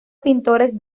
pintores